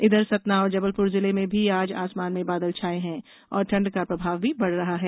इधर सतना और जबलपुर जिले में भी आज आसमान में बादल छाए हए हैं और ठंड का प्रभाव भी बढ रहा है